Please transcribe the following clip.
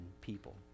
people